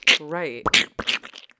Right